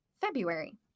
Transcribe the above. February